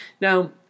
Now